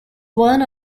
one